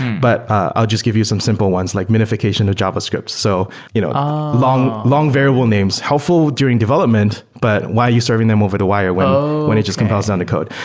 but i'll just give you some simple ones, like notifi cation of javascripts. so you know long long variable names, helpful during development, but why are you serving them over the wire when it just compiles on the code?